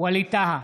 ווליד טאהא,